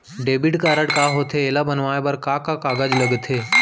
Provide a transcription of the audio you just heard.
Debit card ह का होथे एला बनवाए बर का का कागज लगथे?